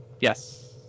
Yes